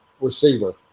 receiver